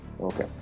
Okay